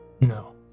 no